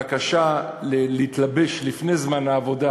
הבקשה להתלבש לפני זמן העבודה,